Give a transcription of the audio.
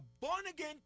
born-again